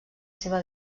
seva